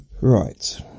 Right